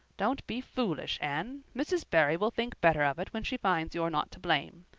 don't be foolish, anne. mrs. barry will think better of it when she finds you're not to blame.